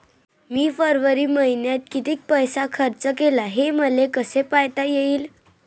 मी फरवरी मईन्यात कितीक पैसा खर्च केला, हे मले कसे पायता येईल?